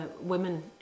women